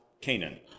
Canaan